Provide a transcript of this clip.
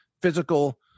physical